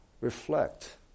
reflect